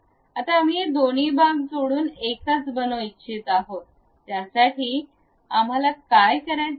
आता आम्ही हे दोन भाग जोडून एकच बनवू इच्छित आहोत त्यासाठी आम्हाला काय करायचे आहे